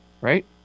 right